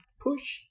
push